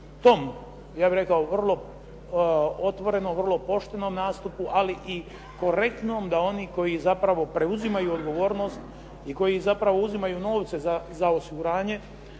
tom ja bih rekao vrlo otvoreno, vrlo poštenom nastupu, ali i korektnom da oni koji zapravo preuzimaju odgovornost i koji zapravo uzimaju novce za osiguranje